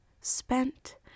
spent